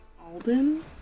Alden